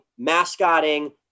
mascotting